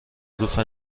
ظروف